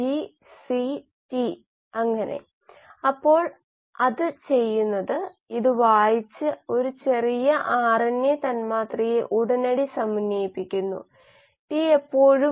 ഓം എന്നു വച്ചാൽസംഭവിക്കുന്ന എല്ലാറ്റിന്റെയും പൂർണ്ണ ശേഖരം ഉദാഹരണത്തിന് കോശത്തിലെ എല്ലാ ജീനുകളുടെയും ശേഖരണത്തിന്റെ പൂർണ്ണ പ്രാതിനിധ്യമാണ് ഒരു ജീനോം